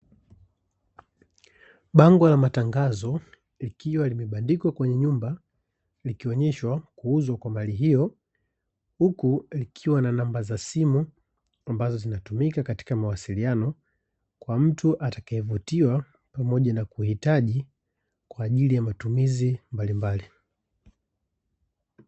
Bango la matangazo likiwa limebandikwa kwenye nyumba, likionyeshwa kuuzwa kwa mali hiyo, huku likiwa na namba za simu ambazo zinatumika katika mawasiliano, kwa mtu atakayevutiwa pamoja na kuhitaji kwa ajili ya matumizi mbalimbali.